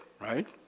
right